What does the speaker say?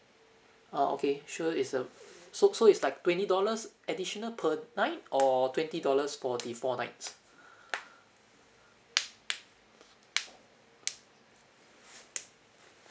uh okay sure is um so so is like twenty dollars additional per night or twenty dollars for the four nights